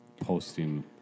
posting